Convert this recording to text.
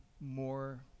more